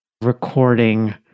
recording